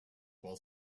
while